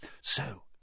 So